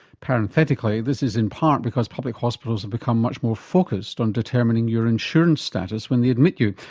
parenthetically, this is in part because public hospitals have become much more focussed on determining your insurance status when they admit you,